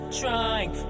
trying